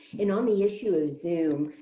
and on the issue of zoom,